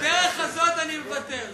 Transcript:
בדרך הזאת אני מוותר.